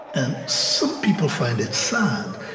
and some people find it sad,